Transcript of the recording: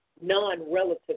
non-relative